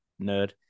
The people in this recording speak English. nerd